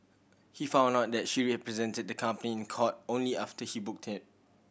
he found out that she represented the company in court only after he booked